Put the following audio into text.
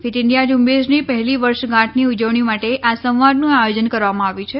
fit India ઝુંબેશની પહેલી વર્ષગાંઠની ઉજવણી માટે આ સંવાદનું આયોજન કરવામાં આવ્યું છે